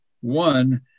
one